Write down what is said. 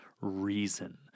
reason